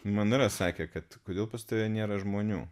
man yra sakę kad kodėl pas tave nėra žmonių